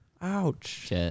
Ouch